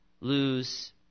lose